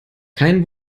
kein